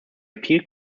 appeal